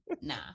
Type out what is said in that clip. nah